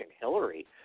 Hillary